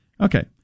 Okay